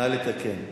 נא לתקן.